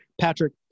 Patrick